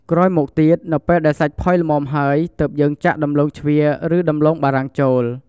ក្រោយមកទៀតនៅពេលដែលសាច់ផុយល្មមហើយទើបយើងចាក់ដំឡូងជ្វាឬដំឡូងបារាំងចូល។